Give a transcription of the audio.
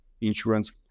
insurance